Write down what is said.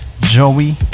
joey